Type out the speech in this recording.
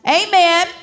amen